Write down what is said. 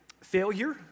failure